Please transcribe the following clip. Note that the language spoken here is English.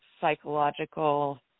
psychological